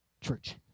church